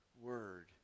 word